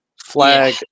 flag